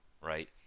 right